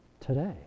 today